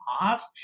off